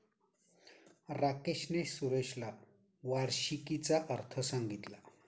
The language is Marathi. राकेशने सुरेशला वार्षिकीचा अर्थ सांगितला